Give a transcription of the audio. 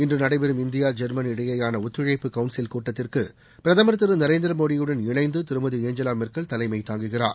இன்று நடைபெறும் India German இடையேயான ஒத்துழைப்பு கவுன்சில் கூட்டத்திற்கு பிரதமர் திரு நரேந்திர மோடியுடன் இணைந்து திருமதி ஏஞ்சவா மெர்க்கல் தலைமை தாங்குகிறார்